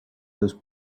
those